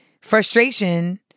frustration